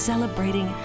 Celebrating